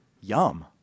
yum